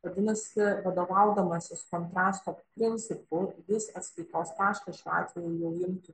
vadinasi vadovaudamasis kontrasto principu jis atskaitos tašką šiuo atveju jau imtų